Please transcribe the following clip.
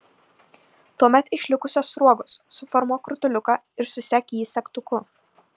tuomet iš likusios sruogos suformuok rutuliuką ir susek jį segtuku